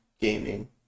gaming